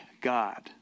God